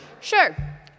Sure